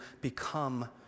become